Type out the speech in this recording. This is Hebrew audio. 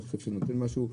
אני לא חושב שהוא נותן משהו,